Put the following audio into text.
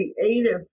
creative